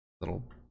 little